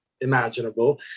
imaginable